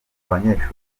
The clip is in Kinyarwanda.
abanyeshuri